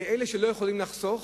אלה שלא יכולים לחסוך,